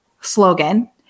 slogan